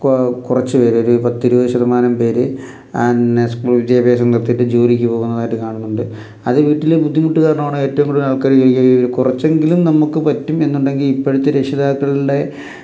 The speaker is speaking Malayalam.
കുറച്ചു പേര് പത്ത് ഇരുപത് ശതമാനം പേര് സ്കൂൾ വിദ്യാഭ്യാസം നിർത്തിയിട്ട് ജോലിക്ക് പോകുന്നതായിട്ട് കാണുന്നുണ്ട് അത് വീട്ടിലെ ബുദ്ധിമുട്ട് കാരണമാണ് ഏറ്റവും കൂടുതൽ ആൾക്കാർ ജോലിക്ക് കുറച്ചെങ്കിലും നമുക്ക് പറ്റും എന്നുണ്ടെങ്കിൽ ഇപ്പോഴത്തെ രക്ഷിതാക്കളുടെ